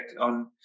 on